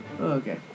Okay